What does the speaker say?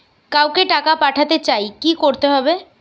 কাউকে টাকা পাঠাতে চাই কি করতে হবে?